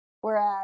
whereas